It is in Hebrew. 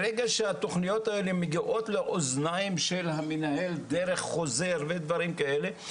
ברגע שהתוכניות האלה מגיעות לאוזני המנהל דרך חוזר ודברים כאלה,